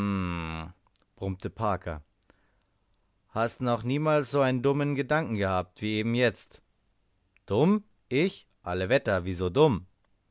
brummte parker hast noch niemals so einen dummen gedanken gehabt wie eben jetzt dumm ich alle wetter wieso dumm